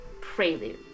Prelude